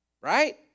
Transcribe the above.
Right